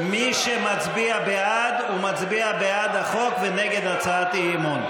מי שמצביע בעד הוא מצביע בעד החוק ונגד הצעת האי אמון.